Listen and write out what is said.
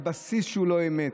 על בסיס שהוא לא אמת?